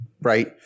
Right